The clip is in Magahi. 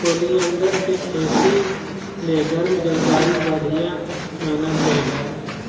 ओलियंडर के खेती ले गर्म जलवायु बढ़िया मानल जा हय